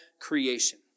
creation